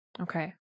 Okay